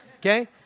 okay